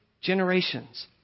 generations